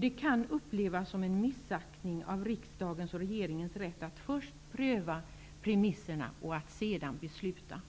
Det kan upplevas såsom en missaktning av riksdagens och regeringens rätt att först pröva premisserna och sedan besluta.